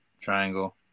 triangle